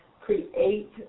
create